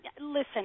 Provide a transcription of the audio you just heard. listen